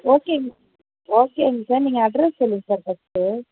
ஓகேங்க ஓகேங்க சார் நீங்கள் அட்ரெஸ் சொல்லுங்கள் சார் ஃபர்ஸ்ட்டு